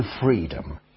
freedom